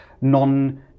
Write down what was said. non